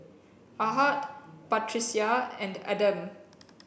Ahad Batrisya and Adam